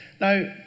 Now